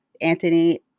Anthony